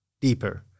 deeper